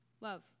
love